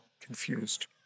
confused